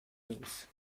nus